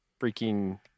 freaking